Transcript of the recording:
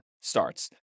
starts